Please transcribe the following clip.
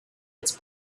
its